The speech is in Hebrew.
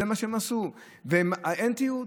זה מה שהם עשו, ואין תיעוד.